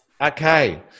Okay